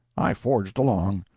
i forged along.